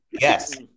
Yes